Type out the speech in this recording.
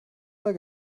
oder